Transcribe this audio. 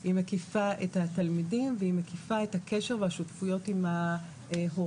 היא מקיפה את התלמידים והיא מקיפה את הקשר והשותפויות עם ההורים.